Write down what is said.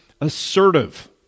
assertive